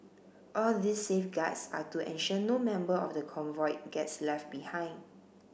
all these safeguards are to ensure no member of the convoy gets left behind